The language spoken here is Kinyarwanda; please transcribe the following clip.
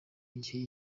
igihe